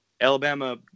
Alabama